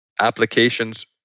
applications